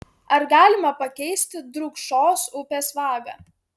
ar galima pakeisti drūkšos upės vagą